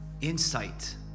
insight